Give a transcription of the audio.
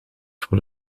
voor